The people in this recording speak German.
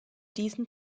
diesen